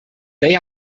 they